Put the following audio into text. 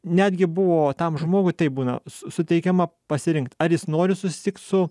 netgi buvo tam žmogui tai būna suteikiama pasirinkti ar jis nori susitikti su